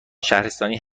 شهرستانی